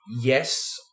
yes